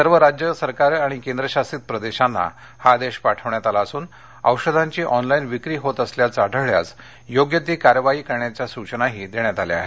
सर्व राज्य सरकारं आणि केंद्रशासित प्रदेशांना हा आदेश पाठवण्यात आला असून औषधांची ऑनलाईन विक्री होत असल्याचं आढळल्यास योग्य ती कारवाई करण्याच्या सूचनाही देण्यात आल्या आहेत